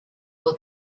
will